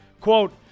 Quote